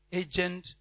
agent